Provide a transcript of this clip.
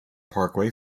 parkway